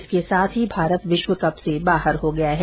इसके साथ ही भारत विश्व कप से बाहर हो गया है